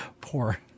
Poor